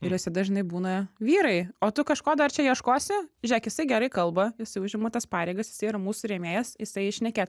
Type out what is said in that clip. ir jose dažnai būna vyrai o tu kažko dar čia ieškosi žiūrėk jisai gerai kalba jisai užima tas pareigas jisai yra mūsų rėmėjas jisai šnekė